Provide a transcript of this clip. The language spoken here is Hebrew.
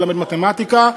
ללמד מתמטיקה,